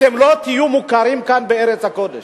אתם לא תהיו מוכרים כאן בארץ הקודש,